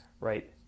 Right